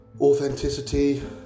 authenticity